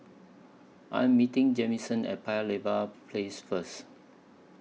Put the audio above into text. I Am meeting Jamison At Paya Lebar Place First